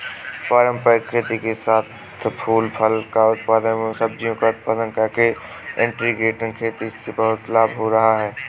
पारंपरिक खेती के साथ साथ फूल फल का उत्पादन एवं सब्जियों का उत्पादन करके इंटीग्रेटेड खेती से बहुत लाभ हो रहा है